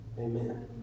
Amen